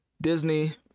Disney